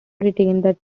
retained